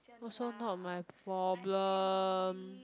also not my problem